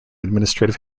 administrative